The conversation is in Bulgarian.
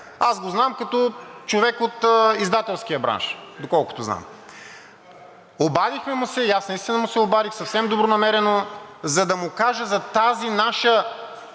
аз го знам като човек от издателския бранш, доколкото знам. Обадихме му се. Аз наистина му се обадих съвсем добронамерено, за да му кажа за тази наша